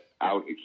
out